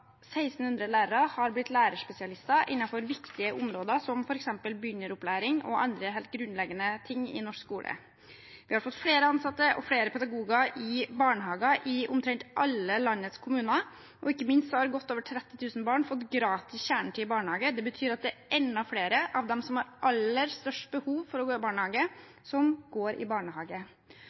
lærere er blitt lærerspesialister innenfor viktige områder som f.eks. begynneropplæring og andre helt grunnleggende ting i norsk skole. Vi har fått flere ansatte og flere pedagoger i barnehager i omtrent alle landets kommuner, og ikke minst har godt over 30 000 barn fått gratis kjernetid i barnehage. Det betyr at det er enda flere av dem som har aller størst behov for å gå i barnehage, som går i barnehage.